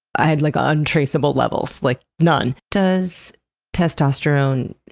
i had like ah untraceable levels, like none. does testosterone,